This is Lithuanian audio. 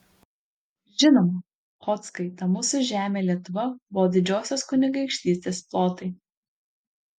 žinoma chodzkai ta mūsų žemė lietuva buvo didžiosios kunigaikštystės plotai